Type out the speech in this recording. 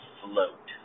float